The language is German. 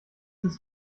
ist